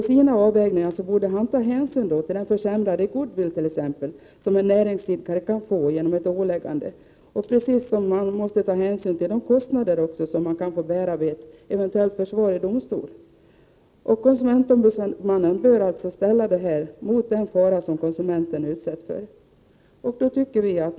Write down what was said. I sina avvägningar bör man ta hänsyn till t.ex. den försämrade goodwill som en näringsidkare kan få genom ett åläggande, precis som man måste ta hänsyn till de kostnader som han kan få bära vid ett eventuellt försvar i domstol. Konsumentombudsmannen bör ställa detta mot den fara som konsumenterna utsätts för.